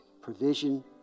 Provision